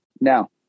Now